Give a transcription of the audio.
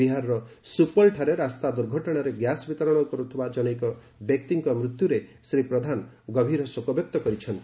ବିହାରର ସୁପଲ୍ଠାରେ ରାସ୍ତା ଦୁର୍ଘଟଣାରେ ଗ୍ୟାସ୍ ବିତରଣ କରୁଥିବା ଜନୈକ ବ୍ୟକ୍ତିଙ୍କ ମୃତ୍ୟୁରେ ଶ୍ରୀ ପ୍ରଧାନ ଗଭୀର ଶୋକବ୍ୟକ୍ତ କରିଛନ୍ତି